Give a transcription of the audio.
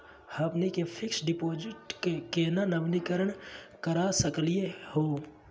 हमनी के fix deposit क केना नवीनीकरण करा सकली हो?